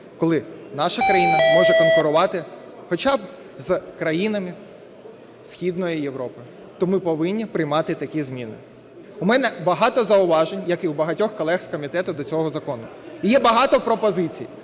коли наша країна може конкурувати хоча б з країнами Східної Європи, то ми повинні приймати такі зміни. У мене багато зауважень, як і у багатьох колег з комітету, до цього закону і є багато пропозицій.